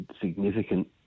significant